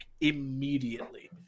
immediately